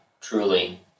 truly